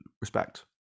respect